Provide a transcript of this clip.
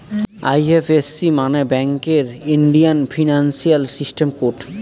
IFC মানে ব্যাঙ্কের Indian financial system code